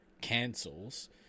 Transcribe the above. cancels